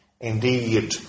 Indeed